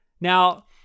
now